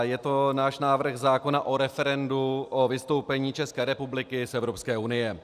Je to náš návrh zákona o referendu o vystoupení České republiky z Evropské unie.